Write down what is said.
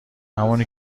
همونی